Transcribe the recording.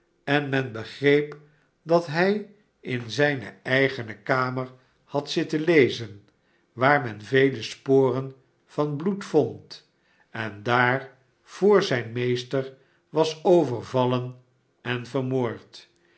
en men begreep dat hij in zijne eigene kamer had zitten lezen waar men vele sporen van bloed vond en daar vr zijn meester was overvallen en vermoord